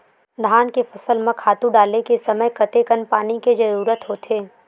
धान के फसल म खातु डाले के समय कतेकन पानी के जरूरत होथे?